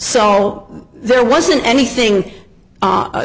so there wasn't anything